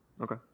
Okay